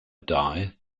die